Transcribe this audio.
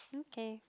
okay